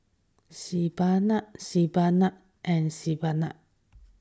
Sebamed Sebamed and Sebamed